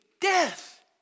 death